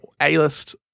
A-list